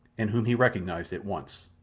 and whom he recognized at once.